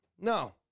no